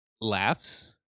laughs